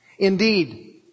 Indeed